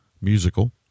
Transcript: musical